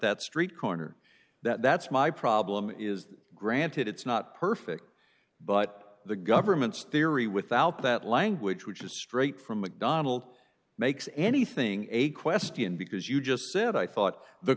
that street corner that's my problem is that granted it's not perfect but the government's theory without that language which is straight from macdonald makes anything a question because you just said i thought the